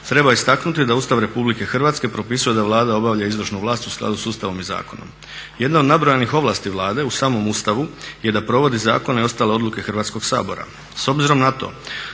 treba istaknuti da Ustav Republike Hrvatske propisuje da Vlada obavlja izvršnu vlast u skladu s Ustavom i zakonom. Jedna od nabrojanih ovlasti Vlade u samom Ustavu je da provodi zakone i ostale odluke Hrvatskog sabora.